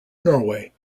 norway